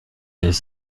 بهش